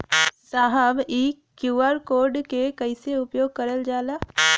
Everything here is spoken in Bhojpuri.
साहब इ क्यू.आर कोड के कइसे उपयोग करल जाला?